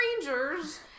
strangers